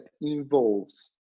involves